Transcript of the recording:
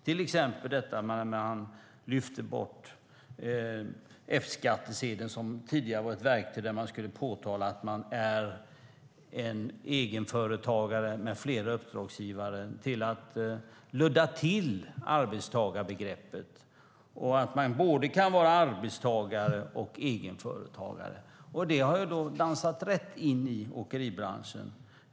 Till exempel lyfte man bort F-skattsedeln, som tidigare var ett verktyg för att påtala att man var en egenföretagare med flera uppdragsgivare, och luddade till arbetstagarbegreppet. Man kan både vara arbetstagare och egenföretagare, och det har dansat rätt in i åkeribranschen.